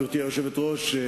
גברתי היושבת-ראש,